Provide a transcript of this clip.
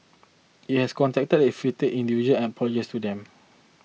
it has contacted the affected individual and apologised to them